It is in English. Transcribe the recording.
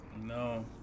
No